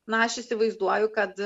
na aš įsivaizduoju kad